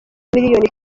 miliyoni